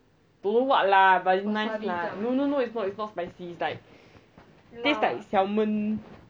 don't know what lah but nice lah no no no it's not it's not spicy it's like taste like salmon